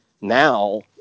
Now